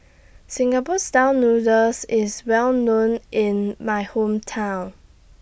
Singapore Style Noodles IS Well known in My Hometown